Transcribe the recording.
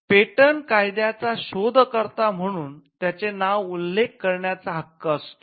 patent कायद्याचा शोधकर्ता म्हणून त्याचे नाव उल्लेख करण्याचा हक्क असतो